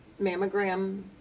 Mammogram